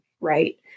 right